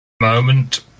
moment